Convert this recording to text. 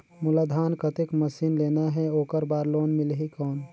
मोला धान कतेक मशीन लेना हे ओकर बार लोन मिलही कौन?